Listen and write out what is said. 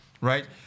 right